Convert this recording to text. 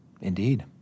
Indeed